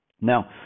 Now